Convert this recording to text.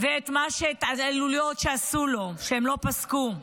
ואת ההתעללויות שעשו לו, שלא פסקו.